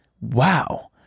wow